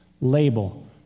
label